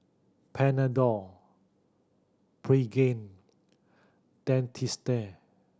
Panadol Pregain Dentiste